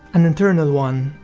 an internal one,